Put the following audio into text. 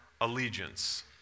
allegiance